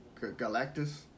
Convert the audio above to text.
Galactus